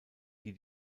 die